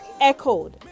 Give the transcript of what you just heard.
echoed